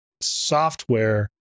software